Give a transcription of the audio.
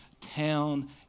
town